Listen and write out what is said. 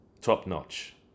top-notch